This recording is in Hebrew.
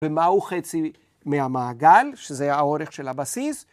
‫ומהו חצי מהמעגל, ‫שזה האורך של הבסיס.